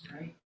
right